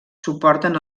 suporten